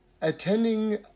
attending